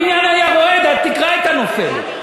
הבניין היה רועד, התקרה הייתה נופלת.